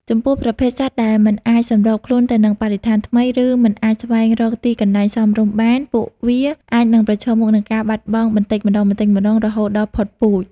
ចំពោះប្រភេទសត្វដែលមិនអាចសម្របខ្លួនទៅនឹងបរិស្ថានថ្មី ឬមិនអាចស្វែងរកទីជម្រកសមរម្យបាន ពួកវាអាចនឹងប្រឈមមុខនឹងការបាត់បង់បន្តិចម្តងៗរហូតដល់ផុតពូជ។